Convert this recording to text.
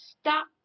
stop